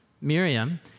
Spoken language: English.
Miriam